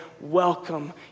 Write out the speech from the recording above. welcome